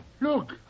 look